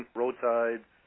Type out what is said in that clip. roadsides